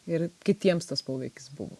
ir kitiems tas poveikis buvo